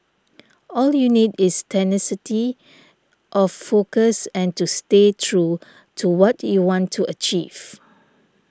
all you need is tenacity of focus and to stay true to what you want to achieve